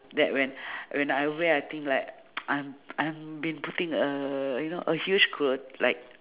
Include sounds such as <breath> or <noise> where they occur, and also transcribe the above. that when <breath> when I wear I think like <noise> I'm I'm been putting a you know a huge coat like